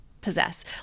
possess